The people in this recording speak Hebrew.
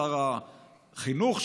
שר החינוך,